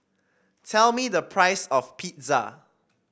tell me the price of Pizza